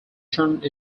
turned